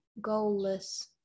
goalless